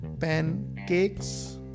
Pancakes